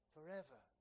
Forever